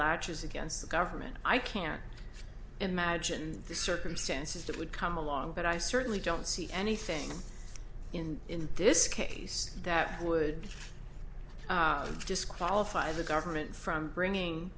latches against the government i can't imagine the circumstances that would come along but i certainly don't see anything in in this case that would disqualify the government from bringing